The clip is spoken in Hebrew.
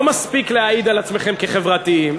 לא מספיק להעיד על עצמכם כחברתיים.